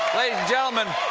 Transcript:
gentlemen,